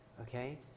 Okay